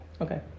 Okay